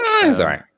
Sorry